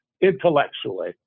intellectually